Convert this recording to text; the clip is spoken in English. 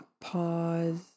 Pause